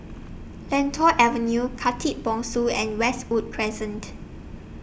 Lentor Avenue Khatib Bongsu and Westwood Crescent